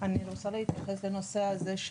אני רוצה להתייחס לנושא הזה,